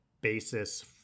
basis